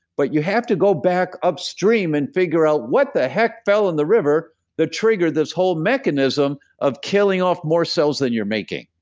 but you have to go back upstream and figure out, what the heck fell in the river that triggered this whole mechanism of killing off more cells than you're making?